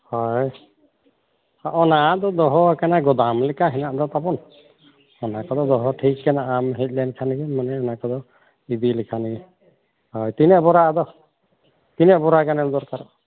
ᱦᱳᱭ ᱚᱱᱟ ᱫᱚ ᱫᱚᱦᱚᱣᱟᱠᱟᱱᱟ ᱜᱚᱫᱟᱢ ᱞᱮᱠᱟ ᱦᱮᱱᱟᱜ ᱫᱚ ᱛᱟᱵᱚᱱ ᱚᱱᱟ ᱠᱚᱫᱚ ᱫᱚᱦᱚ ᱴᱷᱤᱠ ᱟᱠᱟᱱᱟ ᱟᱢ ᱦᱮᱡ ᱞᱮᱱᱠᱷᱟᱱ ᱢᱮᱱᱫᱟᱹᱧ ᱚᱱᱟ ᱠᱚᱫᱚ ᱤᱫᱤ ᱞᱮᱠᱷᱟᱱ ᱜᱮ ᱦᱳᱭ ᱛᱤᱱᱟᱹᱜ ᱵᱚᱨᱟ ᱟᱫᱚ ᱛᱤᱱᱟᱹᱜ ᱵᱚᱨᱟ ᱜᱟᱱᱮᱢ ᱫᱚᱨᱠᱟᱨᱚᱜᱼᱟ